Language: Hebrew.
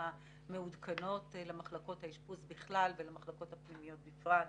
מעודכנות למחלקות האשפוז בכלל ולמחלקות הפנימיות בפרט.